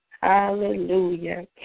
Hallelujah